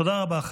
תודה רבה.